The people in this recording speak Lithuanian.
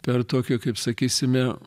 per tokį kaip sakysime